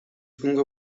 күнгө